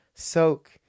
Soak